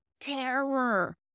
terror